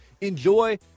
enjoy